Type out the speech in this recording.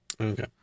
okay